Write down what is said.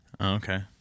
Okay